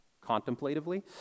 contemplatively